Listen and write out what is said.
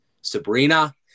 Sabrina